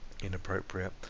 inappropriate